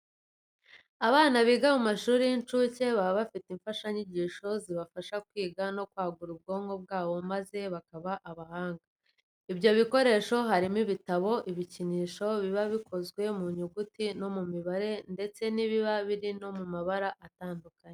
Abana biga mu mashuri y'incuke baba bafite imfashanyigisho zibafasha kwiga no kwagura ubwonko bwabo maze bakaba abahanga. Ibyo bikoresho harimo ibitabo, ibikinisho biba bikozwe mu nyuguti no mu mibare ndetse biba biri no mu mabara atandukanye.